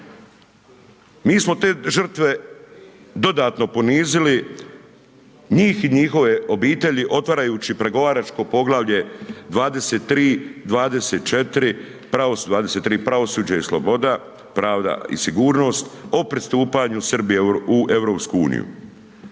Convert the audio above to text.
Mi smo te žrtve dodatno ponizili, njih i njihove obitelji otvarajući pregovaračko poglavlje 23., 24. 23. pravosuđe i sloboda, pravda i sigurnost o pristupanju Srbije u EU.